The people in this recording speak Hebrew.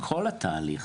גם התהליך